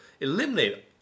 eliminate